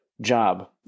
job